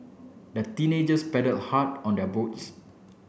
the teenagers paddled hard on their boats